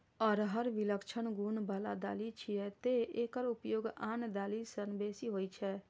अरहर विलक्षण गुण बला दालि छियै, तें एकर उपयोग आन दालि सं बेसी होइ छै